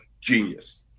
genius